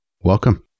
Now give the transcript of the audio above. Welcome